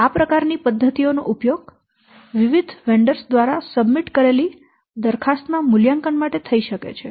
તેથી આ પ્રકારની પદ્ધતિઓનો ઉપયોગ વિવિધ વિક્રેતાઓ દ્વારા સબમિટ કરેલી દરખાસ્ત ના મૂલ્યાંકન માટે થઈ શકે છે